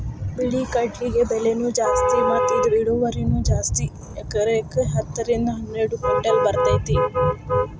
ಬಿಳಿ ಕಡ್ಲಿಗೆ ಬೆಲೆನೂ ಜಾಸ್ತಿ ಮತ್ತ ಇದ ಇಳುವರಿನೂ ಜಾಸ್ತಿ ಎಕರೆಕ ಹತ್ತ ರಿಂದ ಹನ್ನೆರಡು ಕಿಂಟಲ್ ಬರ್ತೈತಿ